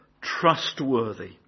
trustworthy